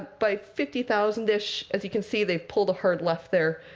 by fifty thousand ish, as you can see, they've pulled a hard left there,